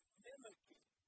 mimicking